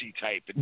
type